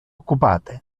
occupate